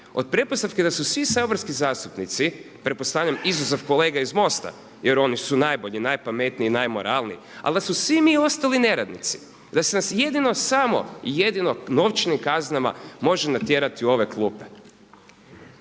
od pretpostavke da su svi saborski zastupnici pretpostavljam izuzev kolega iz MOST-a jer oni su najbolji, najpametniji i najmoralniji, ali da smo svi mi ostali neradnici. I da nas se jedino i samo novčanim kaznama može natjerati u ove klupe.